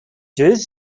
does